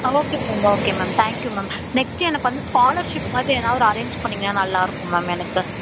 ஆ ma'am okay ma'am thank you ma'am next எனக்கு வந்து scholarship மாதிரி ஏதா ஒரு அரேஞ்ச் பண்ணிங்கன்னால் நல்லாயிருக்கும் மேம் எனக்கு